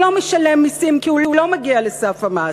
לא משלם מסים כי הוא לא מגיע לסף המס.